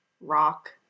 rock